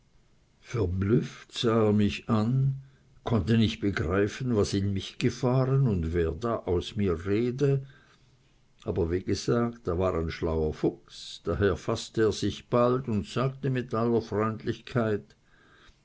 verblüfft sah er mich an konnte nicht begreifen was in mich gefahren und wer da aus mir rede aber wie gesagt er war ein schlauer fuchs daher faßte er sich bald und sagte mit aller freundlichkeit